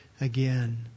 again